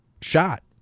shot